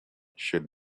should